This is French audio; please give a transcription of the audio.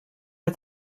est